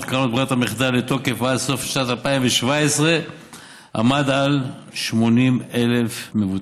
קרנות ברירת המחדל לתוקף ועד לסוף שנת 2017 עמד על 80,000 מבוטחים.